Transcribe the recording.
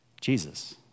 Jesus